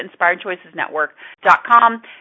InspiredChoicesNetwork.com